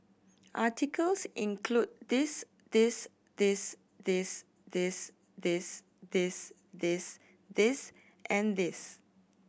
articles include this this this this this this this this this and this